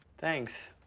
thanks.